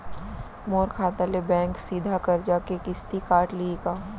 मोर खाता ले बैंक सीधा करजा के किस्ती काट लिही का?